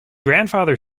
grandfather